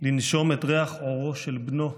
לנשום את ריח עורו של בנו,